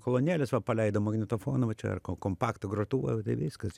kolonėlės va paleido magnetofoną va čia ar kom kompaktų grotuvą tai viskas